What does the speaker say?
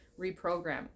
reprogram